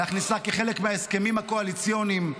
להכניסה כחלק מההסכמים הקואליציוניים,